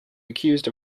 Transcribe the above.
accused